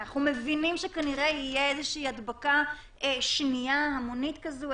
ואנחנו מבינים שכנראה תהיה איזושהי הדבקה שנייה המונית כזו,